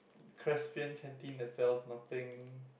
Crescent canteen that sells nothing